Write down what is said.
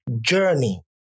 journey